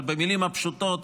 אבל במילים הפשוטות,